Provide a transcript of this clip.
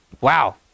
Wow